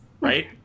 Right